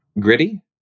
gritty